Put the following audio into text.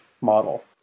model